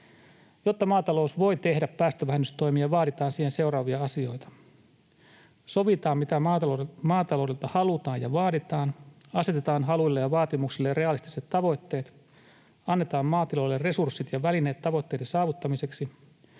Jotta maatalous voi tehdä päästövähennystoimia, vaaditaan siihen seuraavia asioita: sovitaan, mitä maataloudelta halutaan ja vaaditaan, asetetaan haluille ja vaatimuksille realistiset tavoitteet, annetaan maatiloille resurssit ja välineet tavoitteiden saavuttamiseksi,